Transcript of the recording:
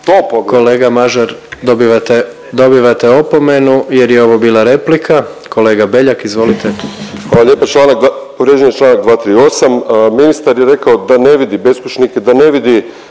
Kolega Mažar dobivate, dobivate opomenu jer je ovo bila replika. Kolega Beljak, izvolite. **Beljak, Krešo (HSS)** Hvala lijepo. Članak, povrijeđen je Članak 238. ministar je rekao da ne vidi beskućnike, da ne vidi